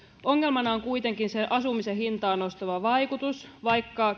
ongelmana on kuitenkin sen asumisen hintaa nostava vaikutus vaikka